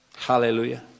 Hallelujah